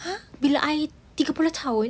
!huh! bila I tiga puluh tahun sis I'd be flying